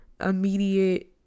immediate